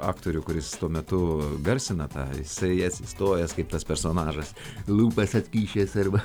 aktorių kuris tuo metu garsina tą jisai atsistojęs kaip tas personažas lūpas atkišęs arba